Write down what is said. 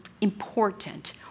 important